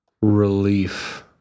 relief